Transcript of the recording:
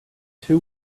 two